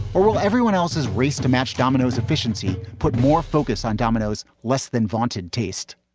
or while everyone else is race to match domino's efficiency, put more focus on domino's less than vaunted taste.